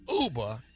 Uber